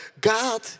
God